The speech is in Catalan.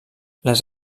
les